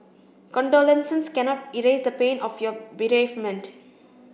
condolences cannot erase the pain of your bereavement